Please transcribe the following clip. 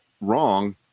wrong